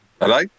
Hello